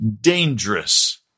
dangerous